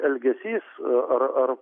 elgesys ar ar